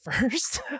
first